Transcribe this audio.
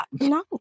no